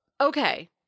Okay